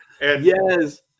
Yes